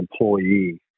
employee